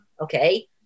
okay